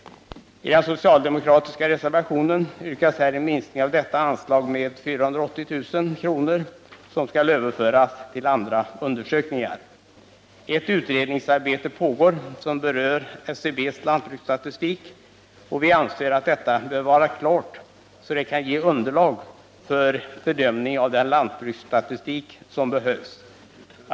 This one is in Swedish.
Socialdemokraterna yrkar i en reservation en minskning av detta anslag med 480 000 kr. som skall överföras till andra undersökningar. Ett utredningsarbete pågår som berör SCB:s lantbruksstatistik, och vi anser att detta bör vara klart så att det kan ge underlag för bedömning av den lantbruksstatistik som behövs.